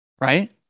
Right